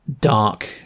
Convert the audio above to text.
dark